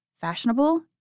fashionable